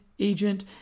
agent